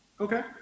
okay